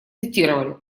цитировали